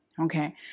Okay